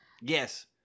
Yes